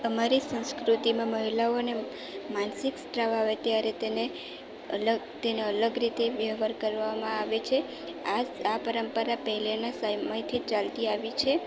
અમારી સંસ્કૃતિમાં મહિલાઓને માનસિક સ્ત્રાવ આવે ત્યારે અલગ તેને અલગ રીતે વ્યવહાર કરવામાં આવે છે આ પરંપરા પહેલાંના સમયથી ચાલતી આવી છે